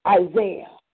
Isaiah